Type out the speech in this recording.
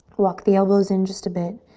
walk the elbows in just a bit,